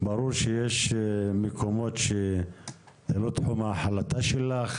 ברור שיש מקומות שהם לא תחום ההחלטה שלך,